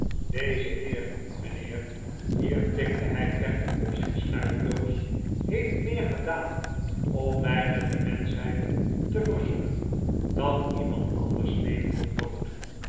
deze heer mijnheer hier tikte hij plechtig op zijn snuifdoos heeft meer gedaan om mij met de menschheid te verzoenen dan iemand anders levend of dood